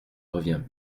reviens